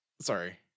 sorry